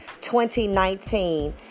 2019